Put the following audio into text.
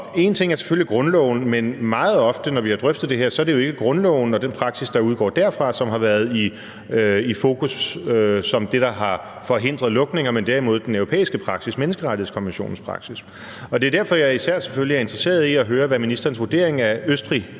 En ting er selvfølgelig grundloven, men meget ofte, når vi har drøftet det her, så er det jo ikke grundloven og den praksis, der udgår derfra, som har været i fokus som det, der har forhindret lukninger, men derimod den europæiske praksis, menneskerettighedskonventionens praksis, og det er derfor, jeg især selvfølgelig er interesseret at høre, hvad ministerens vurdering af Østrig